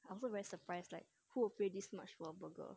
I also very surprised like who will pay this much for a burger